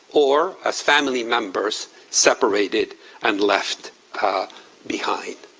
or as family members separated and left behind.